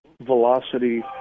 velocity